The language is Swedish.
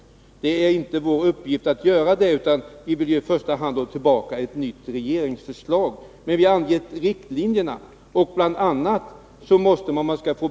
Men det är inte vår uppgift att göra det, utan vi vill i första hand ha ett nytt regeringsförslag. Däremot har vi angett riktlinjer. Bl. a. måste man, för att få .